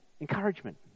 Encouragement